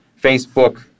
Facebook